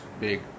big